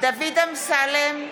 דוד אמסלם,